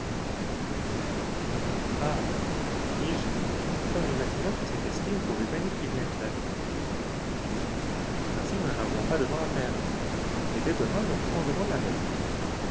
fis-je tout en imaginant que cette estime pouvait bien être inexacte ainsi nous n'avons pas de temps à perdre et dès demain nous prendrons la mer